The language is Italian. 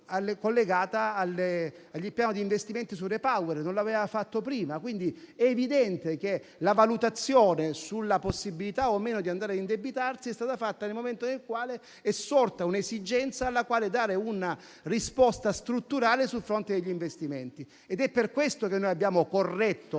collegata al piano di investimenti sul REPowerEU, cosa che non aveva fatto prima. È evidente che la valutazione sulla possibilità o meno di andare a indebitarsi sia stata fatta nel momento in cui è sorta un'esigenza alla quale dare una risposta strutturale sul fronte degli investimenti. È per questo che noi, non avendo